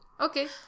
Okay